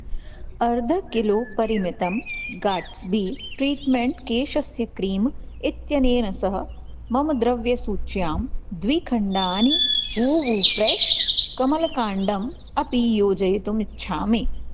अर्धकिलोपरिमितं Gatsby treatment केशस्य cream इत्यनेन सह मम द्रव्यसूच्यां द्वि खण्डानि हूवु फ़्रेश् कमलकाण्डम् अपि योजयितुम् इच्छामि